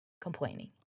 complaining